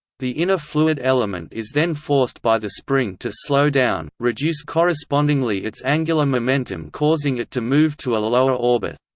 the inner fluid element is then forced by the spring to slow down, reduce correspondingly its angular momentum causing it to move to a lower orbit.